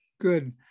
Good